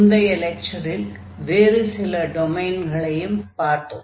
முந்தைய லெக்சரில் வேறு சில டொமைன்களையும் பார்த்தோம்